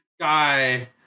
guy